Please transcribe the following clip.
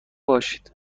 باشید